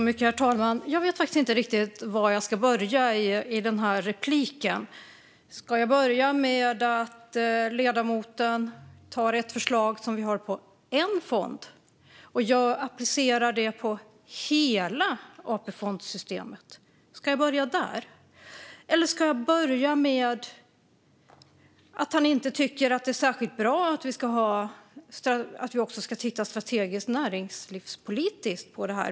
Herr talman! Jag vet faktiskt inte riktigt var jag ska börja i den här repliken. Ska jag börja med att ledamoten tar ett förslag vi har som gäller en fond och applicerar det på hela AP-fondssystemet? Eller ska jag börja med att han inte tycker att det är särskilt bra att också titta strategiskt näringslivspolitiskt på detta?